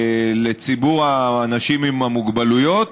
לציבור האנשים עם המוגבלויות,